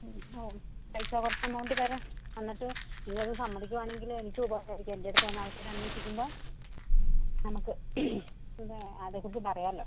മതി ആവും പൈസ കുറച്ചു എമൗണ്ട് തരാം എന്നിട്ട് നിങ്ങൾ അത് സമ്മതിക്കുകയാണെങ്കിൽ എനിക്ക് ഉപകാരമായിരിക്കും എൻ്റെ അടുത്ത് വന്നു ആൾക്കാർ അന്വേഷിക്കുമ്പോൾ നമുക്ക് പിന്നെ അതെ കുറിച്ചു പറയാമല്ലോ